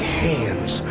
hands